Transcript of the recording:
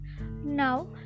now